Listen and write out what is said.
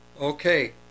okay